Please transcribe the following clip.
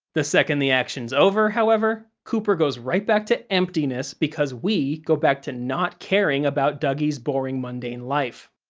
the second the acton's over, however, cooper goes right back to emptiness because we go back to not caring about dougie's boring, mundane life.